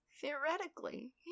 Theoretically